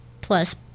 Plus